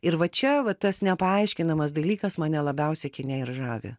ir va čia va tas nepaaiškinamas dalykas mane labiausiai kine ir žavi